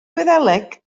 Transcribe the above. gwyddeleg